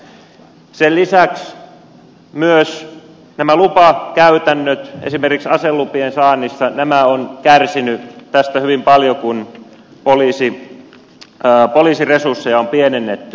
sen lisäksi myös nämä lupakäytännöt esimerkiksi aselupien saannissa ovat kärsineet hyvin paljon siitä kun poliisin resursseja on pienennetty